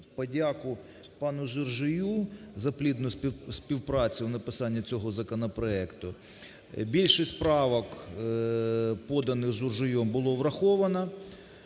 подяку пану Журжію за плідну співпрацю в написанні цього законопроекту. Більшість правок, поданих Журжиєм, було враховано